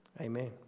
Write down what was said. Amen